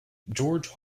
george